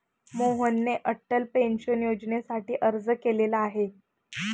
मोहनने अटल पेन्शन योजनेसाठी अर्ज केलेला आहे